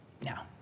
Now